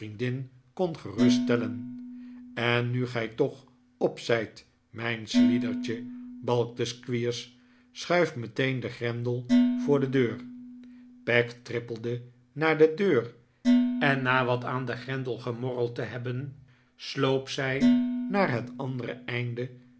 vriendin kon gerust stellen en nu gij toch op zijt mijn slidertje balkte squeers schuif meteen den grendel voor de deur peg trippelde naar de deur en na wat aan den grendel gemorreld te hebben sloop zij naar het andere einde